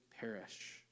perish